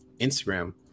instagram